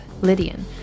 Lydian